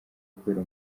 kubera